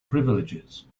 privileges